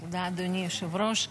היושב-ראש.